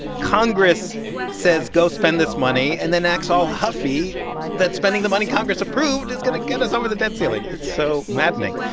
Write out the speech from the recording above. congress says, go spend this money and then acts all huffy that spending the money congress approved is going to get us over the debt ceiling. it's so maddening.